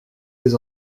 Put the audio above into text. les